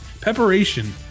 preparation